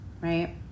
right